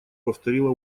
повторила